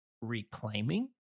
Reclaiming